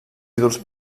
ídols